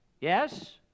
Yes